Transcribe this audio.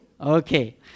Okay